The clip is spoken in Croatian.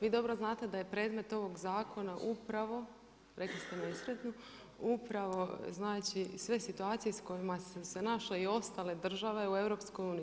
Vi dobro znate da je predmet ovog zakona, upravo, rekli ste nesretnu, upravo znači, sve situacije s kojima su se našle i ostale države u EU.